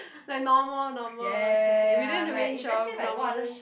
like normal normal is okay within the range of normal eh